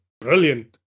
brilliant